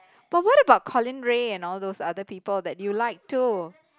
but what about Colin-Ray and all those other people that you like too